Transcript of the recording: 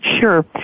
Sure